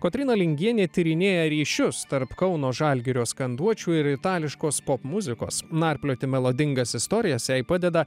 kotryna lingienė tyrinėja ryšius tarp kauno žalgirio skanduočių ir itališkos popmuzikos narplioti melodingas istorijas jai padeda